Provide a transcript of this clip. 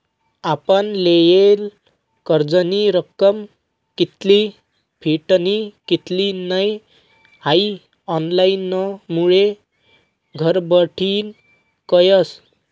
आपण लेयेल कर्जनी रक्कम कित्ली फिटनी कित्ली नै हाई ऑनलाईनमुये घरबठीन कयस